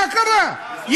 מה קרה?